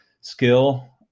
skill